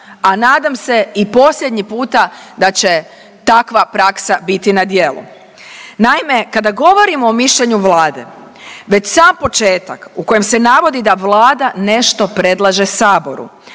a nadam se i posljednji puta da će takva praksa biti na djelu. Naime, kada govorim o mišljenju Vlade već sam početak u kojem se navodi da Vlada nešto predlaže saboru,